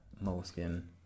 moleskin